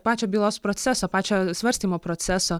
pačio bylos proceso pačio svarstymo proceso